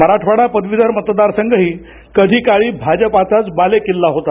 मराठवाडा पदवीधर मतदारसंघही कधी काळी भाजपाचाच बालेकिल्ला होता